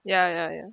ya ya ya